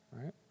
right